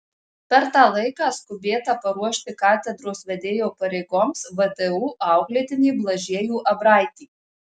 per tą laiką skubėta paruošti katedros vedėjo pareigoms vdu auklėtinį blažiejų abraitį